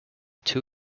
two